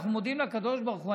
אנחנו מודים לקדוש ברוך הוא,